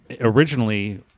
originally